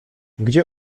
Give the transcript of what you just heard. gdzie